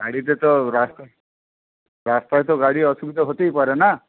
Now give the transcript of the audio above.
গাড়িতে তো রাস্তায় রাস্তায় তো গাড়ি অসুবিধা হতেই পারে না